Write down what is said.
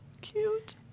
cute